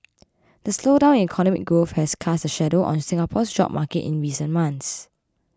the slowdown in economic growth has cast a shadow on Singapore's job market in recent months